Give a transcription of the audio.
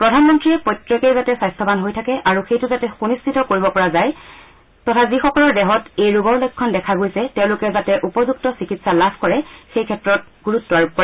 প্ৰধানমন্ত্ৰীয়ে প্ৰত্যেকে যাতে স্বাস্থ্যবান হৈ থাকে সেইটো যাতে সুনিশ্চিত কৰিব পৰা যায় আৰু যিসকলৰ দেহত এই ৰোগৰ লক্ষণ দেখা গৈছে তেওঁলোকে যাতে উপযুক্ত চিকিৎসা লাভ কৰে সেই ক্ষেত্ৰত গুৰুত্ব আৰোপ কৰে